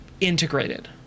integrated